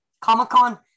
Comic-Con